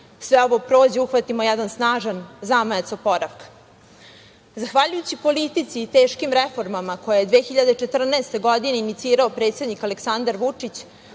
sve ovo prođe uhvatimo jedan snažan zamajac oporavka. Zahvaljujući politici i teškim reformama koje je 2014. godine inicirao predsednik Aleksandar Vučić,